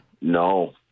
no